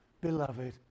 Beloved